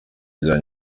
ajyanye